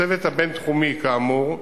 הצוות הבין-תחומי, כאמור,